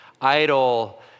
idol